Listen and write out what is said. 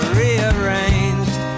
rearranged